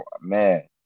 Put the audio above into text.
man